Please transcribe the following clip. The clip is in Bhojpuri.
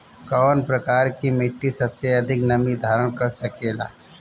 कौन प्रकार की मिट्टी सबसे अधिक नमी धारण कर सकेला?